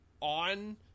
on